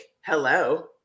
Hello